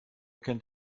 kennt